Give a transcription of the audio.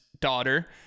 daughter